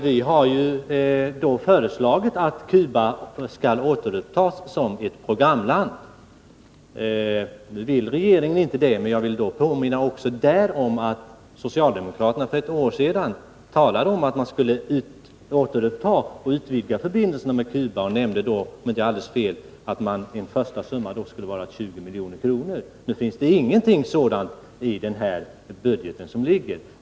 Vi har föreslagit att Cuba skall återupptas som ett programland. Det vill inte regeringen. Men jag vill också i det fallet påminna om att socialdemokraterna för ett år sedan talade om att man skulle återuppta och utvidga förbindelserna med Cuba och nämnde då, om jag inte minns fel, en första summa på 20 milj.kr. Det finns emellertid ingenting sådant i den budget som föreligger.